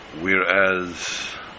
whereas